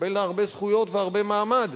תקבלנה הרבה זכויות והרבה מעמד.